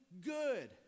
good